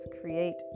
create